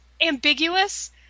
ambiguous